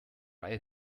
reihe